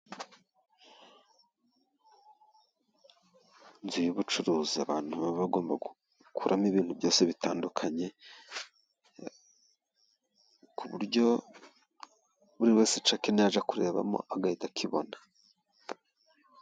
Inzu y'ubucuruzi, abantu baba bagomba gukuramo ibintu byose bitandukanye, ku buryo buri wese icyo akeneye yaja kurebamo, agahita akibona.